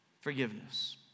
forgiveness